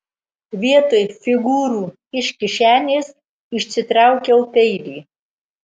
vietoj figūrų iš kišenės išsitraukiau peilį